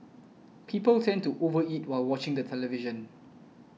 people tend to over eat while watching the television